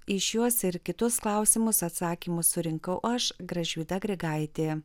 į šiuos ir kitus klausimus atsakymus surinkau aš gražvyda grigaitė